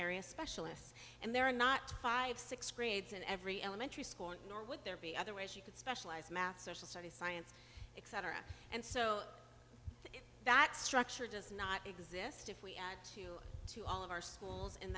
area specialists and they're not five six grades in every elementary school and nor would there be other ways you could specialize math social studies science etc and so that structure does not exist if we add to to all of our schools in